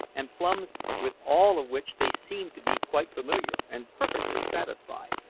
and plums with all of which they seemed to be quite familiar and perfectly satisfied.